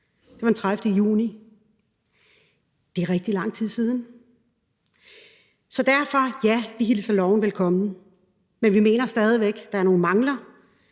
Det var den 30. juni; det er rigtig lang tid siden. Derfor vil vi sige: Ja, vi hilser loven velkommen, men vi mener stadig væk, at der er nogle mangler,